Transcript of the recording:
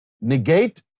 Negate